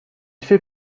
fait